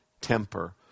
temper